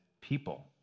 people